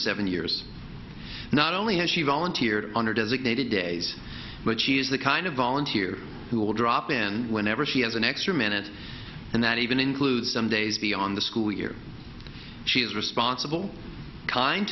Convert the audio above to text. seven years not only has she volunteered under designated days but she's the kind of volunteer who will drop in whenever she has an extra minute and that even includes some days beyond the school year she is responsible kind